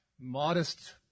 modest